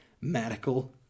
medical